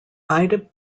ida